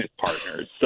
partners